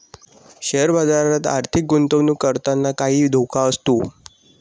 share बाजारात आर्थिक गुंतवणूक करताना काही धोका असतो